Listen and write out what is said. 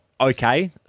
okay